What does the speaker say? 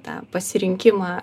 tą pasirinkimą